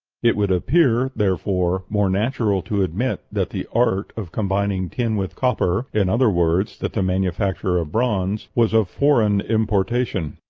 it would appear, therefore, more natural to admit that the art of combining tin with copper in other words, that the manufacture of bronze was of foreign importation.